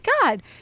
God